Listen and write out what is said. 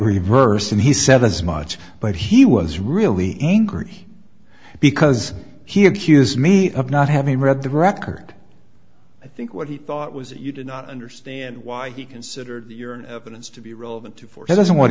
reversed and he said as much but he was really angry because he accused me of not having read the record i think what he thought was that you did not understand why he considered your evidence to be relevant to four he doesn't want